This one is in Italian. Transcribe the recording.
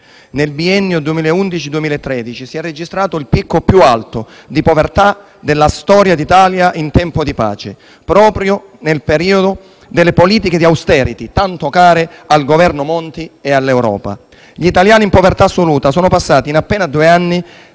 Nel biennio 2011-2013 si è registrato il picco più alto di povertà della storia d'Italia in tempo di pace, proprio nel periodo delle politiche di "*austerity*" tanto care al Governo Monti e all'Europa. Gli italiani in povertà assoluta sono passati, in appena due anni,